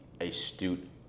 astute